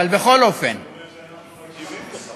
זה אומר שאנחנו מקשיבים לך.